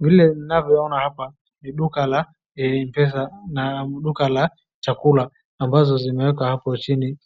Vile ninavyona hapa, ni duka la Mpesa na duka la chakula ambazo zimeekwa hapo chini.